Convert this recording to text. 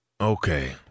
okay